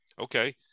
Okay